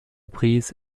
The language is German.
prince